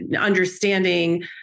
understanding